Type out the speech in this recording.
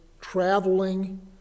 traveling